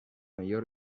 millor